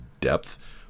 depth